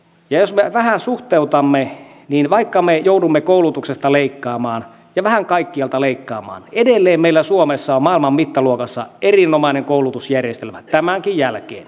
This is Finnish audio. jos me vähän suhteutamme niin vaikka me joudumme koulutuksesta leikkaamaan ja vähän kaikkialta leikkaamaan edelleen meillä suomessa on maailman mittaluokassa erinomainen koulutusjärjestelmä tämänkin jälkeen